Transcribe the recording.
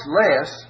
less